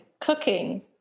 cooking